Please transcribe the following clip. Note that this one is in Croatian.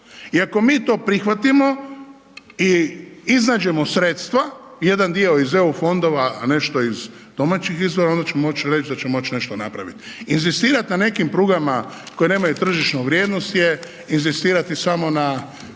I ako mi to prihvatimo i iznađemo sredstva, jedan dio iz EU fondova, a nešto iz domaćih izvora onda ćemo moć reć da ćemo moć nešto napravit. Inzistirat na nekim prugama koje nemaju tržišnu vrijednost je inzistirati na